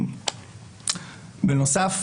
בנוסף,